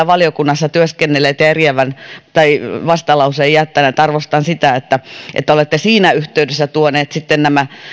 valiokunnassa työskennelleet ja vastalauseen jättäneet arvostan sitä että että olette siinä yhteydessä tuoneet nämä